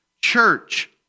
church